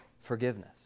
forgiveness